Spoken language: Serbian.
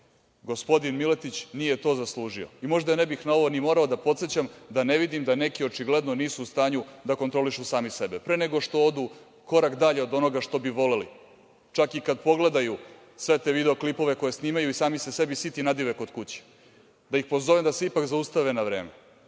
Gospodin Miletić nije to zaslužio. Možda ne bih na ovo ni morao da podsećam da ne vidim da neki očigledno nisu u stanju da kontrolišu sami sebe. Pre nego što odu korak dalje od onoga što bi voleli, čak i kad pogledaju sve te video klipove koje snimaju i sami se sebi siti nadive kod kuće, da ih pozovem da se ipak zaustave na vreme.